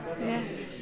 Yes